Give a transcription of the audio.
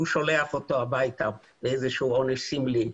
הוא שולח אותו הביתה עם איזשהו עונש סמלי.